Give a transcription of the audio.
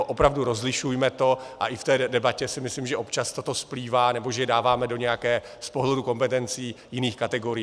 Opravdu rozlišujme to a i v té debatě si myslím, že občas toto splývá, nebo že je dáváme do nějakých z pohledu kompetencí jiných kategorií.